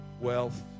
wealth